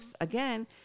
Again